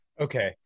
Okay